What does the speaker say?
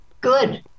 Good